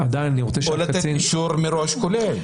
או לתת אישור כולל מראש.